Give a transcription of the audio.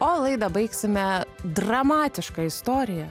o laidą baigsime dramatiška istorija